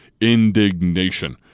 indignation